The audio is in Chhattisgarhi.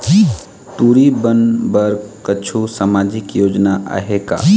टूरी बन बर कछु सामाजिक योजना आहे का?